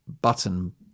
button